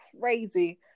crazy